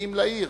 מגיעים לעיר.